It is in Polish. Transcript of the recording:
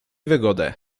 wygodę